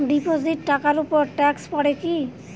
Deposit টাকার উপর tax পড়ে কি?